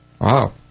Wow